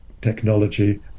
technology